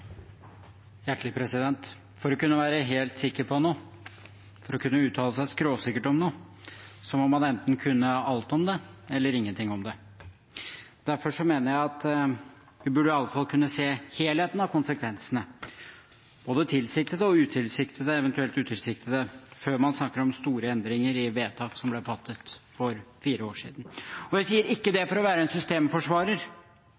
For å kunne være helt sikker på noe, for å kunne uttale seg skråsikkert om noe, må man enten kunne alt om det eller ingenting om det. Derfor mener jeg at vi burde iallfall kunne se helheten av konsekvensene, både de tilsiktede og de eventuelle utilsiktede, før man snakker om store endringer i vedtak som ble fattet for fire år siden. Jeg sier ikke det for å være en